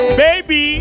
baby